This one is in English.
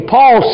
Paul